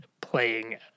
playing